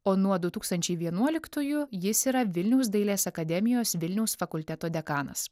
o nuo du tūkstančiai vienuoliktųjų jis yra vilniaus dailės akademijos vilniaus fakulteto dekanas